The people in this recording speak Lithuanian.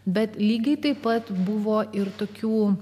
bet lygiai taip pat buvo ir tokių